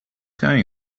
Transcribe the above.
going